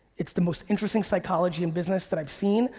it's the most interesting psychology in business that i've seen,